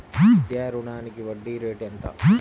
విద్యా రుణానికి వడ్డీ రేటు ఎంత?